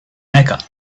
mecca